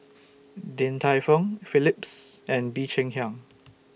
Din Tai Fung Phillips and Bee Cheng Hiang